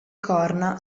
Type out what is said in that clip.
corna